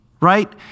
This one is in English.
right